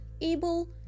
able